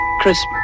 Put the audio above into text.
Christmas